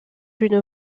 une